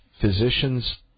physicians